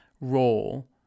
role